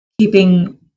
keeping